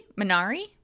minari